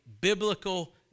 biblical